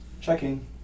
Checking